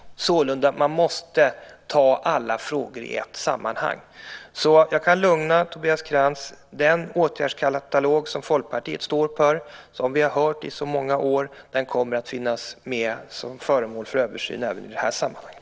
Sålunda: Man måste ta alla frågor i ett sammanhang. Jag kan alltså lugna Tobias Krantz: Den åtgärdskatalog som Folkpartiet står för, som vi har hört i så många år, kommer att finnas med som föremål för översyn även i det här sammanhanget.